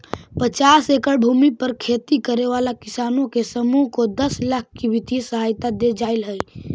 पचास एकड़ भूमि पर खेती करे वाला किसानों के समूह को दस लाख की वित्तीय सहायता दे जाईल हई